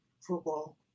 football